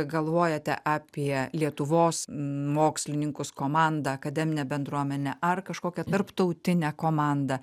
galvojate apie lietuvos mokslininkus komandą akademinę bendruomenę ar kažkokią tarptautinę komandą